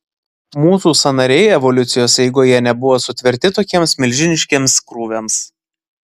mūsų sąnariai evoliucijos eigoje nebuvo sutverti tokiems milžiniškiems krūviams